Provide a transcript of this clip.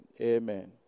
Amen